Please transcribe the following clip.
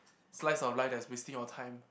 slice of life that's wasting our time